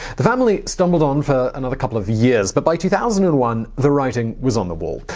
the family stumbled on for another couple of years, but by two thousand and one, the writing was on the wall.